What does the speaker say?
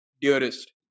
dearest